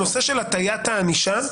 הנושא של הטיית הענישה,